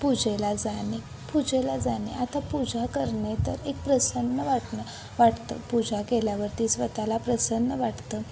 पूजेला जाणे पूजेला जाणे आता पूजा करणे तर एक प्रसन्न वाटणं वाटतं पूजा केल्यावरती स्वतःला प्रसन्न वाटतं